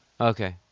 Okay